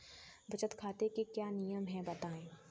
बचत खाते के क्या नियम हैं बताएँ?